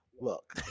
Look